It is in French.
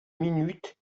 minutes